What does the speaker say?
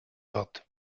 wird